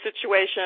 situation